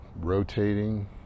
rotating